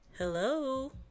Hello